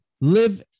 live